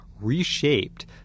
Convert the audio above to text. reshaped